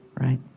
right